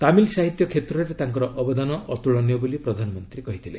ତାମିଲ୍ ସାହିତ୍ୟ କ୍ଷେତ୍ରରେ ତାଙ୍କର ଅବଦାନ ଅତ୍କଳନୀୟ ବୋଲି ପ୍ରଧାନମନ୍ତ୍ରୀ କହିଥିଲେ